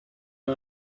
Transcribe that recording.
the